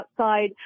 outside